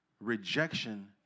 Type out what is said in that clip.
rejection